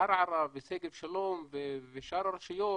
ערערה ושגב שלום ושאר הרשויות,